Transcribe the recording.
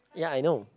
ya I know